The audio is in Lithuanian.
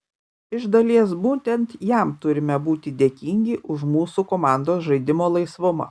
iš dalies būtent jam turime būti dėkingi už mūsų komandos žaidimo laisvumą